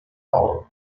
power